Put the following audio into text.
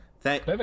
Thank